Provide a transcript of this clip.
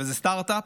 זה סטרטאפ,